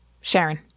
Sharon